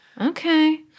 Okay